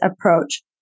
approach